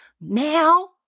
now